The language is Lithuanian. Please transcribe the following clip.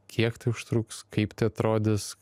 kiek tai užtruks kaip atrodys